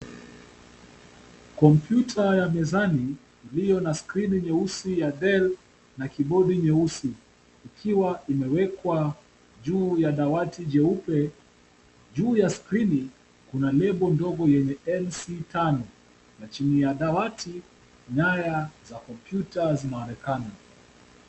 Kompyuta ya mezani iliyo na skrini nyeusi ya Dell na kipodi nyeusi ikiwa imewekwa juu ya dawati jeupe. Juu ya skrini kuna lebo ndogo yenye LC5 na chini ya dawati nyaya za kompyuta zinaonekana.